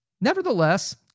Nevertheless